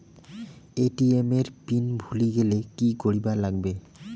ATM এর PIN ভুলি গেলে কি করিবার লাগবে?